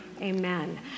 Amen